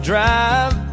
drive